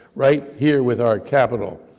right here with our capital,